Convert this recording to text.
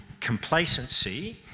complacency